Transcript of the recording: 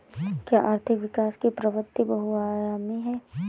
क्या आर्थिक विकास की प्रवृति बहुआयामी है?